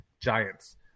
Giants